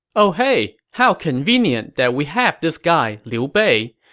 oh hey, how convenient that we have this guy liu bei